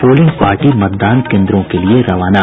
polling party मतदान केंद्रों के लिये रवाना